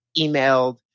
emailed